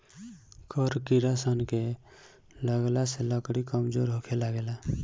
कड़ किड़ा सन के लगला से लकड़ी कमजोर होखे लागेला